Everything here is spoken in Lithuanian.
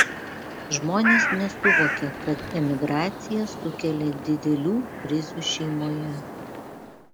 žmonės nesuvokia kad emigracija sukelia didelių krizių šeimoje